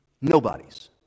Nobody's